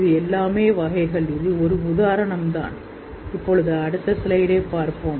இவை வகை இது ஒரு எடுத்துக்காட்டு